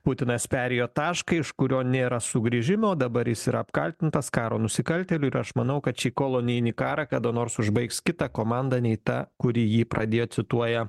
putinas perėjo tašką iš kurio nėra sugrįžimo dabar jis yra apkaltintas karo nusikaltėliu ir aš manau kad šį kolonijinį karą kada nors užbaigs kita komanda nei ta kuri jį pradėjo cituoja